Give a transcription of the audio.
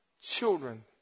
children